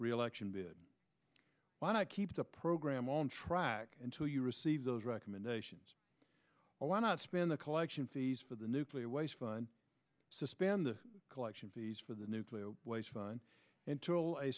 reelection bid why not keep the program on track until you receive those recommendations why not spend the collection fees for the nuclear waste fund suspend the collection fees for the nuclear waste fun until